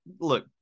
look